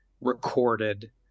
recorded